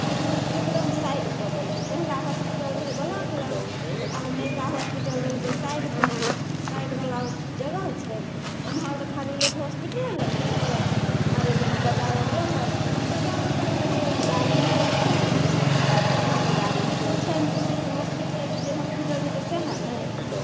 ओ तऽ एकदम साइड कऽ देलकै पहिला हॉस्पिटल रहय ब्लॉक लग आब नयका हॉस्पिटल देलकै साइड कऽ साइडवला जगह छै तऽ ओम्हर तऽ खाली लोक हॉस्पिटले लए नहि जेतै आरो जेना बजार अर रहल तऽ लोक बाजारो करय लए गेल तऽ गाड़ी मिलल खूब आ उहाँ तऽ गाड़ी मिलै छै नहि सिर्फ हॉस्पिटल हइ तऽ जे हॉस्पिटल जेतै सएह ने